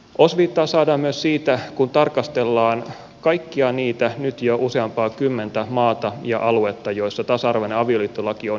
osviittaa saadaan myös siitä kun tarkastellaan kaikkia niitä nyt jo useampaa kymmentä maita ja alueita joissa tasa arvoinen avioliittolaki on jo säädetty